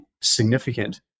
significant